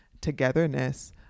togetherness